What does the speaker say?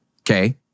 okay